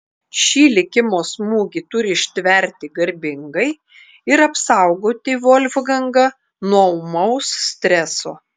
šį likimo smūgį turi ištverti garbingai ir apsaugoti volfgangą nuo ūmaus streso